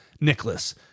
Nicholas